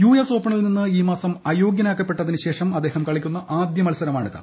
US ഓപ്പണിൽ നിന്ന് ഈ മാസം അയോഗൃനാക്കപ്പെട്ടതിന് ശേഷം അദ്ദേഹം കളിക്കുന്ന ആദ്യ മത്സരമാണിത്